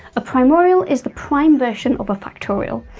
a primorial is the prime-version of a factorial.